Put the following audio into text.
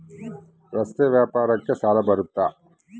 ರಸ್ತೆ ವ್ಯಾಪಾರಕ್ಕ ಸಾಲ ಬರುತ್ತಾ?